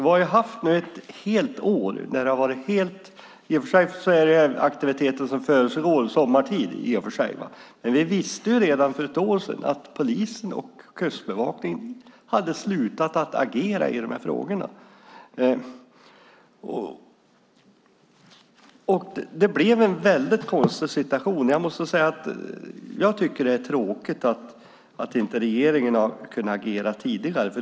I och för sig är det aktiviteter som försiggår sommartid, men vi visste redan för ett år sedan att polisen och Kustbevakningen hade slutat att agera i de här frågorna. Det blev en väldigt konstig situation. Jag måste säga att jag tycker att det är tråkigt att regeringen inte har kunnat agera tidigare.